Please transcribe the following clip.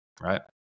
Right